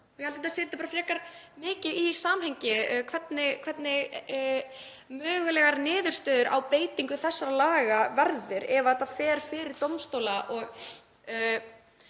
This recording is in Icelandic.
að þetta setji málin bara frekar mikið í samhengi, hvernig möguleg niðurstaða á beitingu þessara laga verður ef þetta fer fyrir dómstóla og